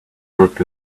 work